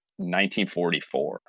1944